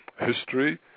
history